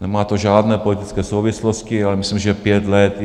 Nemá to žádné politické souvislosti, ale myslím, že pět let